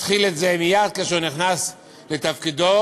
התחיל אותו מייד כאשר נכנס לתפקידו,